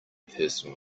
person